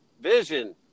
Vision